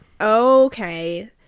Okay